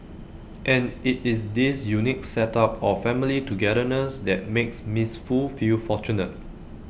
and IT is this unique set up of family togetherness that makes miss Foo feel fortunate